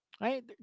right